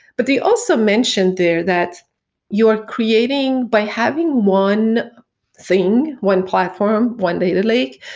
but they also mentioned there that you're creating by having one thing, one platform, one data lake,